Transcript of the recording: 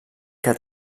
que